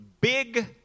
big